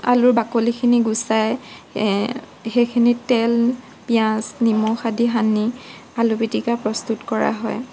আলুৰ বাকলিখিনি গুচাই সেইখিনিত তেল পিঁয়াজ নিমখ আদি সানি আলুপিতিকা প্ৰস্তুত কৰা হয়